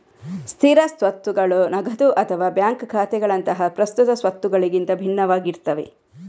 ಸ್ಥಿರ ಸ್ವತ್ತುಗಳು ನಗದು ಅಥವಾ ಬ್ಯಾಂಕ್ ಖಾತೆಗಳಂತಹ ಪ್ರಸ್ತುತ ಸ್ವತ್ತುಗಳಿಗಿಂತ ಭಿನ್ನವಾಗಿರ್ತವೆ